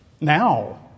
Now